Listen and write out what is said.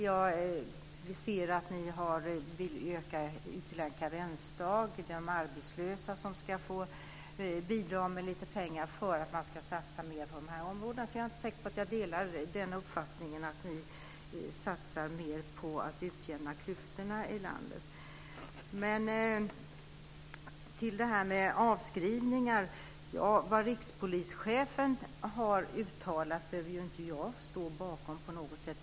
Jag ser att ni vill ha ytterligare en karensdag och att det är de arbetslösa som ska få bidra med lite pengar för att ni ska satsa mer på de här områdena, så jag är inte säker på att jag delar uppfattningen att ni satsar mer på att utjämna klyftorna i landet. Till detta med avskrivningar. Vad rikspolischefen har uttalat behöver inte jag stå bakom på något sätt.